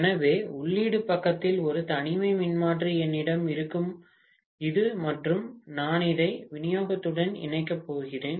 எனவே உள்ளீடு பக்கத்தில் ஒரு தனிமை மின்மாற்றி என்னிடம் இருக்கும் இது மற்றும் நான் இதை விநியோகத்துடன் இணைக்கப் போகிறேன்